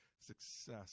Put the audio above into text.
success